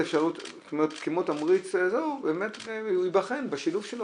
להקים קבוצת פיתוח לנשים חרדיות, כמו שעושות חלק